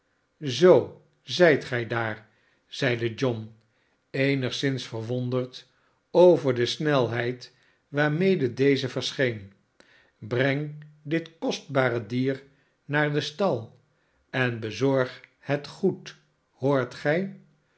tzoo zijt gij daar zeide john eenigszinsverwonderd over de snelheid waarmede deze verscheen breng dit kostbare dier naar den stal en bezorg het goed hoort gij